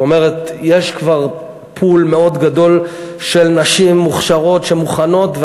את אומרת: יש כבר "פול" מאוד גדול של נשים מוכשרות שמוכנות,